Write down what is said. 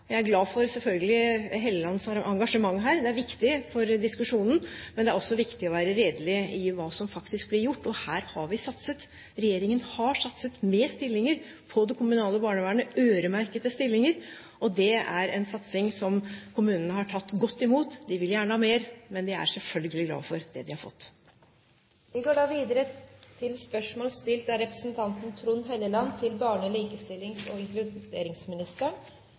Jeg er selvfølgelig glad for Hofstad Hellelands engasjement her. Det er viktig for diskusjonen, men det er også viktig å være redelig om hva som faktisk blir gjort. Og her har vi satset. Regjeringen har satset med stillinger på det kommunale barnevernet – øremerkede stillinger – og det er en satsing som kommunene har tatt godt imot. De vil gjerne ha mer, men de er selvfølgelig glad for det de har fått. Jeg har følgende spørsmål til barne-, likestillings- og inkluderingsministeren: «Erna Solberg innførte som kommunalminister språkkartlegging av fireåringer. Prosjektet ble administrert av Integrerings- og